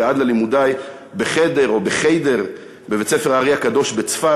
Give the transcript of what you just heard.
ועד ללימודי ב"חדר" או ב"חיידר" בבית-ספר האר"י הקדוש בצפת,